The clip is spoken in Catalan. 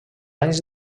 anys